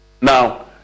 Now